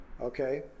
Okay